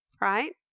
right